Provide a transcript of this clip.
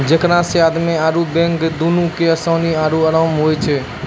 जेकरा से आदमी आरु बैंक दुनू के असानी आरु अराम होय छै